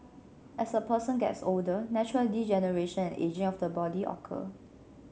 as a person gets older natural degeneration and ageing of the body occur